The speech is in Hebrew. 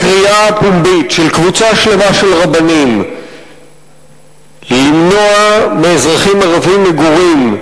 הקריאה הפומבית של קבוצה שלמה של רבנים למנוע מאזרחים ערבים מגורים,